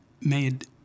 made